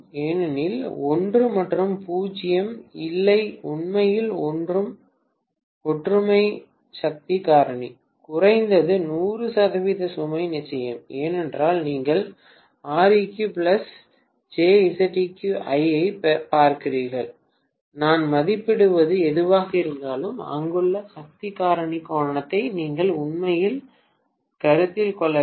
ஏனெனில் 1 மற்றும் 0 இல்லை உண்மையில் ஒற்றுமை சக்தி காரணி குறைந்தது 100 சதவிகித சுமை நிச்சயம் ஏனென்றால் நீங்கள் ஐப் பார்க்கிறீர்கள் நான் மதிப்பிடுவது எதுவாக இருந்தாலும் அங்குள்ள சக்தி காரணி கோணத்தை நீங்கள் உண்மையில் கருத்தில் கொள்ளவில்லை